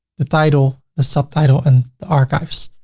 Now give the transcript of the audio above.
the title, the subtitle, and the archives.